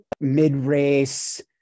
mid-race